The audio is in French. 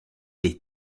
est